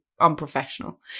Unprofessional